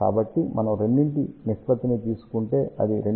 కాబట్టి మనం రెండింటి నిష్పత్తిని తీసుకుంటే అది 2